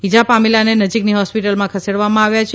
ઇજા પામેલોને નજીકની હોસ્પિટલમાં ખસેડવામાં આવ્યા છે